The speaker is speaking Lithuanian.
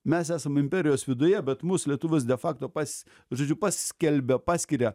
mes esam imperijos viduje bet mus lietuvius de facto pas žodžiu paskelbia paskiria